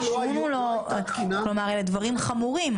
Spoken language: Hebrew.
אלה דברים חמורים,